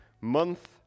Month